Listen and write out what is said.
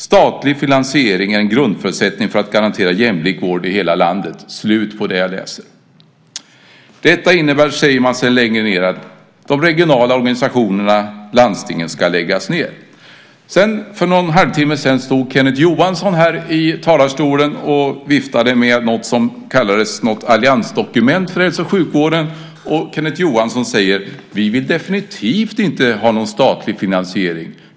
Statlig finansiering är en grundförutsättning för att garantera jämlik vård i hela landet." Detta innebär, skriver man vidare, att de regionala organisationerna, landstingen, ska läggas ned. För någon halvtimme sedan stod Kenneth Johansson här i talarstolen och viftade med något som kallades ett alliansdokument för hälso och sjukvården. Kenneth Johansson sade: Vi vill definitivt inte ha någon statlig finansiering.